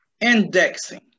indexing